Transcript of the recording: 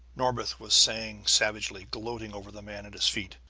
norbith was saying savagely, gloating over the man at his feet.